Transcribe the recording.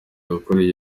gukorera